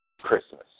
Christmas